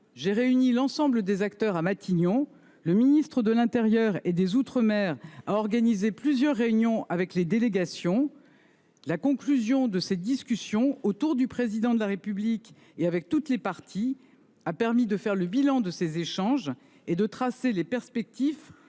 J’ai réuni l’ensemble des acteurs à Matignon et le ministre de l’intérieur et des outre-mer a organisé plusieurs réunions avec les délégations. La conclusion de ces discussions menées autour du Président de la République avec toutes les parties a permis de dresser le bilan de ces échanges et de tracer des perspectives